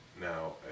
now